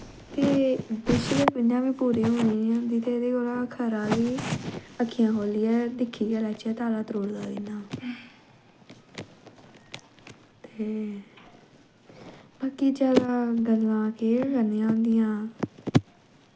ते बिश इयां बी पूरी ते होनी नी होंदी ते एह्दे कोला खरा की अक्खियां खोह्लियै दिक्खी गै लैच्चै तारा त्रुटदा कियां ते मतलव कि जादा गल्लां केह् करनियां होंदियां